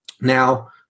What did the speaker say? now